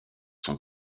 son